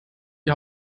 die